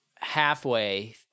Halfway